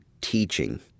teaching